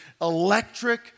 electric